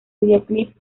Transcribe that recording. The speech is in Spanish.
videoclip